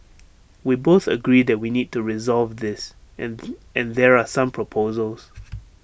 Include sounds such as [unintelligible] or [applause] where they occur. we both agree that we need to resolve this [unintelligible] and there are some proposals